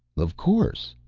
of course,